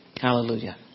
Hallelujah